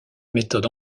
méthode